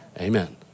Amen